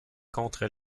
contre